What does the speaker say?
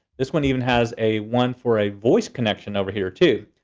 this one even has a one for a voice connection over here, too.